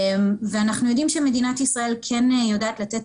ואנחנו יודעים שמדינת ישראל כן יודעת לתת